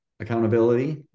accountability